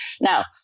Now